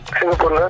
Singapore